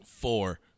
four